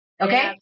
Okay